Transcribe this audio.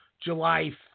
July